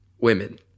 women